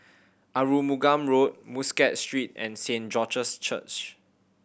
Arumugam Road Muscat Street and Saint George's Church